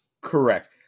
Correct